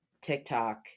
TikTok